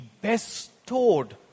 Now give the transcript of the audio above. bestowed